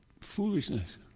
foolishness